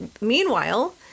meanwhile